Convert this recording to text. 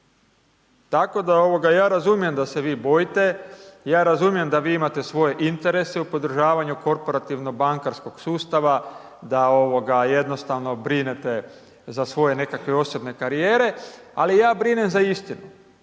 Tako da ja razumijem da se vi bojite, ja razumijem da vi imate svoje interese u podržavanju korporativno bankarskog sustava, da jednostavno brinete za svoje nekakve osobne karijere, ali ja brinem za istinu,